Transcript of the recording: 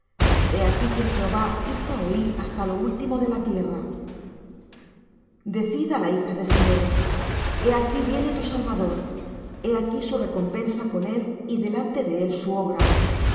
he aquí que jehová hizo oir hasta lo último de la tierra decid á la hija de sión he aquí viene tu salvador he aquí su recompensa con él y delante de él su obra